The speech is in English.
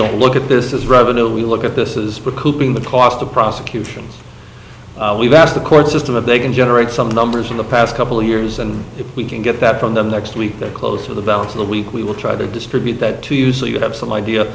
don't look at this as revenue we look at this is being the cost of prosecutions we've asked the court system of they can generate some numbers in the past couple of years and if we can get that from them next week they're close to the balance of the week we will try to distribute that to you so you have some idea